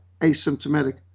asymptomatic